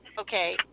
Okay